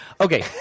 Okay